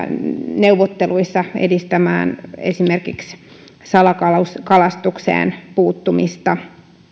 neuvotteluissa edistämään esimerkiksi salakalastukseen puuttumista